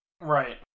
right